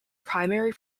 primary